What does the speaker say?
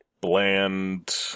bland